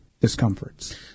discomforts